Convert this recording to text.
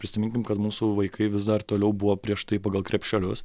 prisiminkim kad mūsų vaikai vis dar toliau buvo prieš tai pagal krepšelius